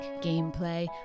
gameplay